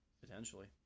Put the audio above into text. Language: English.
potentially